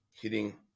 hitting